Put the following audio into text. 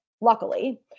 Luckily